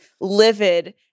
livid